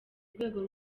rwego